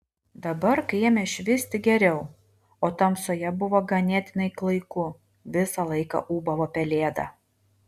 dabar kai ėmė švisti geriau o tamsoje buvo ganėtinai klaiku visą laiką ūbavo pelėda